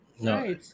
No